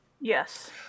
Yes